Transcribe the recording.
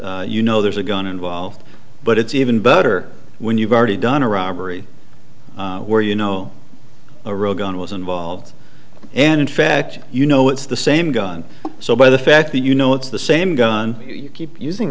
you know there's a gun involved but it's even better when you've already done a robbery where you know a real gun was involved and in fact you know it's the same gun so by the fact that you know it's the same gun you keep using